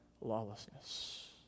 lawlessness